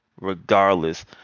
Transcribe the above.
regardless